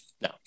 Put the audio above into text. no